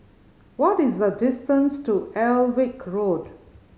what is the distance to Alnwick Road